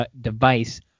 device